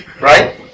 right